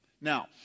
Now